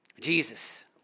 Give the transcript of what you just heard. Jesus